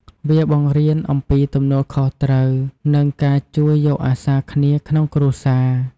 វាបង្រៀនអំពីទំនួលខុសត្រូវ និងការជួយយកអាសារគ្នាក្នុងគ្រួសារ។